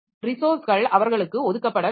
ரிசோர்ஸ்கள் அவர்களுக்கு ஒதுக்கப்பட வேண்டும்